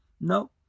No